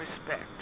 respect